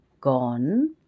gone